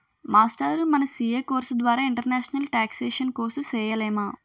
మాస్టారూ మన CA course ద్వారా ఇంటర్నేషనల్ టేక్సేషన్ కోర్సు సేయలేమా